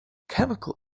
chemical